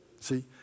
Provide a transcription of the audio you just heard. see